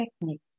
technique